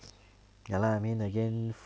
ya lah I mean again